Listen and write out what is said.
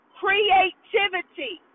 creativity